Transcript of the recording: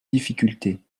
difficulté